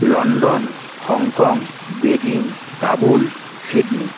London Hong Kong Beijing Kabul Sydney